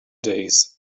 days